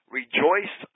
rejoice